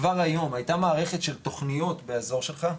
כבר היום היתה מערכת של תוכניות באזור שלך,